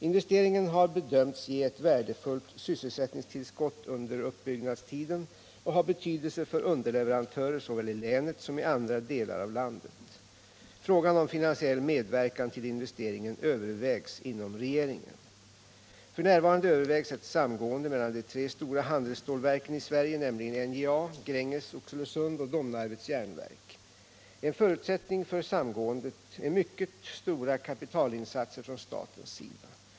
Investeringen har bedömts ge ett värdefullt sysselsättningstillskott under uppbyggnadstiden och ha betydelse för underleverantörer såväl i länet som i andra delar av landet. Frågan om finansiell medverkan till investeringen övervägs inom regeringen. F.n. övervägs ett samgående mellan de tre stora handelsstålverken i Sverige, nämligen NJA, Gränges Oxelösund och Domnarvets järnverk. En förutsättning för samgåendet är mycket stora kapitalinsatser från statens sida.